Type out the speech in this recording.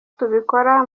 tubikora